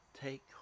take